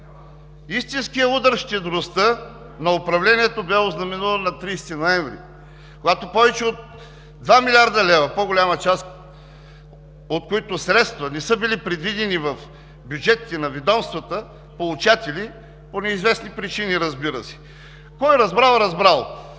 Истинският удар в щедростта на управлението бе ознаменуван на 30 ноември – повече от 2,2 млрд. лв., по-голямата част от които средства не са били предвидени в бюджетите на ведомствата получатели по неизвестни причини. Който разбрал – разбрал,